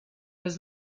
was